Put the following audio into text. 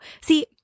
See